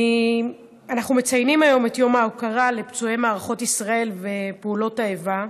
אנחנו מציינים היום את יום ההוקרה לפצועי מערכות ישראל ופעולות האיבה.